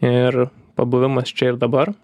ir pabuvimas čia ir dabar